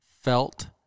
felt